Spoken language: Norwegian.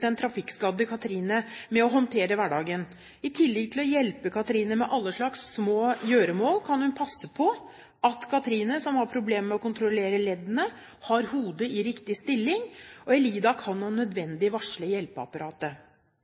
den trafikkskadde Kathrine med å håndtere hverdagen. I tillegg til å hjelpe Kathrine med alle slags små gjøremål kan hun passe på at Kathrine, som har problemer med å kontrollere leddene, har hodet i riktig stilling, og Elida kan om nødvendig varsle hjelpeapparatet.